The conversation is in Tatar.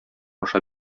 аша